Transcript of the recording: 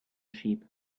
sheep